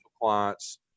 clients